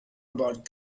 about